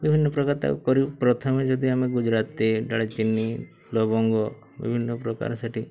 ବିଭିନ୍ନ ପ୍ରକାର ତାକୁ କରିବୁ ପ୍ରଥମେ ଯଦି ଆମେ ଗୁଜୁରାତି ଡାଳଚିନି ଲବଙ୍ଗ ବିଭିନ୍ନ ପ୍ରକାର ସେଇଠି